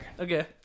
Okay